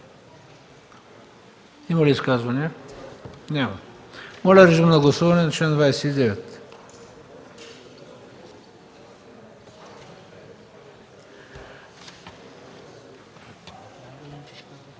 Има ли изказвания? Няма. Моля режим на гласуване на чл. 29.